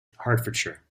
hertfordshire